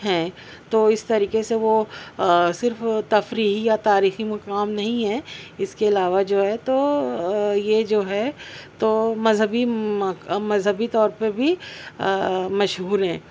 ہیں تو اس طریقے سے وہ صرف تفریحی یا تاریخی مقام نہیں ہے اس کے علاوہ جو ہے تو یہ جو ہے تو مذہبی مذہبی طور پہ بھی مشہور ہے